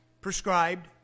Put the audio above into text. prescribed